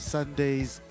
Sundays